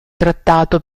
trattato